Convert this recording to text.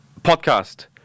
podcast